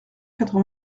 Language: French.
quatre